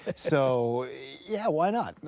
so yeah, why not?